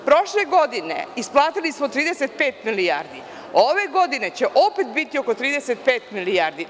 Prošle godine isplatili smo 35 milijardi, ove godine opet biti oko 35 milijardi.